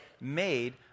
made